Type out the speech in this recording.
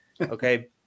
okay